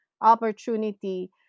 opportunity